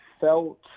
felt